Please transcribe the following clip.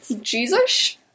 Jesus